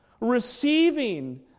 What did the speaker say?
receiving